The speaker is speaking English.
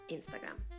Instagram